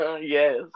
yes